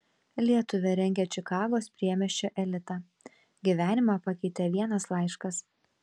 lietuvė rengia čikagos priemiesčio elitą gyvenimą pakeitė vienas laiškas